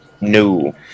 No